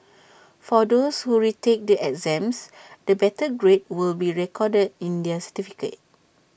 for those who retake the exams the better grade will be recorded in their certificate